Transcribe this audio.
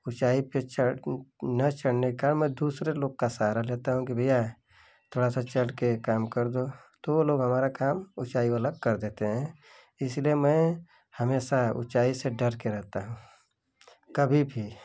ऊँचाई पे चढ़ ना चढ़ने का मैं दूसरे लोग का सहारा लेता हूँ कि भैया थोड़ा सा चढ़ के एक काम कर दो तो वो लोग हमरा काम ऊँचाई वाला कर देते हैं इसलिए मैं हमेशा ऊँचाई से डर के रहता हूँ कभी भी